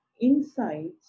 insights